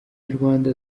nyarwanda